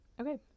okay